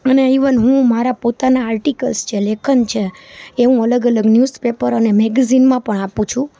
અને ઇવન હું મારા પોતાના આર્ટિકલ્સ છે લેખન છે એ હું અલગ અલગ ન્યુઝપેપર અને મેગેઝીનમાં પણ આપું છું